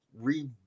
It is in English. re